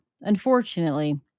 Unfortunately